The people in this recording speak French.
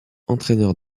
entraîneur